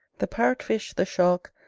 the parrot-fish, the shark,